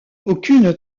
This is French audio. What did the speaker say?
aucune